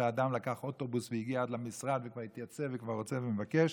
שהאדם לקח אוטובוס והגיע עד למשרד וכבר התייצב וכבר רוצה ומבקש